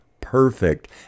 perfect